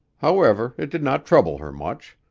however, it did not trouble her much.